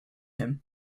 him